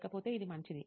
లేకపోతే ఇది మంచిది